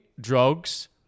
drugs